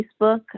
Facebook